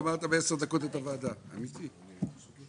גם דיור